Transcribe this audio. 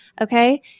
Okay